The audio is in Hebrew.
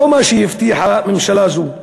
לא מה שהבטיחה ממשלה זו.